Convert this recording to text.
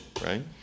right